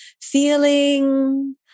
feeling